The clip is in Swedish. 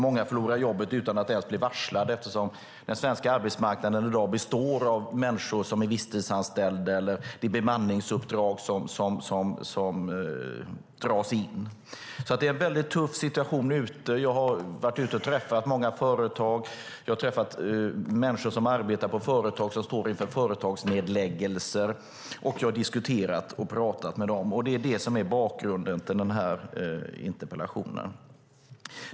Många förlorar jobbet utan att ens bli varslade eftersom den svenska arbetsmarknaden i dag består av människor som är visstidsanställda eller av bemanningsuppdrag som dras in. Det är en tuff situation där ute. Jag har varit ute och träffat många företag. Jag har träffat människor som arbetar på företag som står inför nedläggningar. Jag har diskuterat och talat med dem. Det är detta som är bakgrunden till interpellationen.